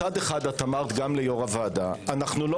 מצד אחד אמרת גם ליו"ר הוועדה: אנחנו לא